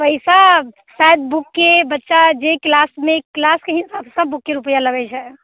पैसा शायद बुकके बच्चा जे क्लासमे क्लासके हिसाबसँ बुकके रूपैआ लागै छै